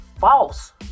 false